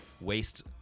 waste